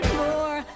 more